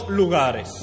lugares